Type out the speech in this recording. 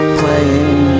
playing